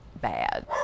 bad